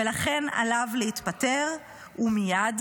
ולכן עליו להתפטר ומייד,